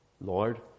Lord